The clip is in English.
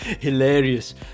Hilarious